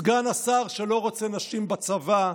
סגן השר שלא רוצה נשים בצבא,